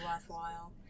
worthwhile